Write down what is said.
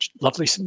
lovely